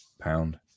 pound